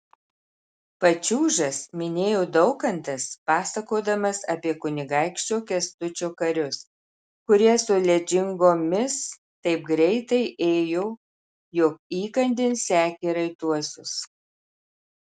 pačiūžas minėjo daukantas pasakodamas apie kunigaikščio kęstučio karius kurie su ledžingomis taip greitai ėjo jog įkandin sekė raituosius